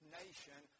nation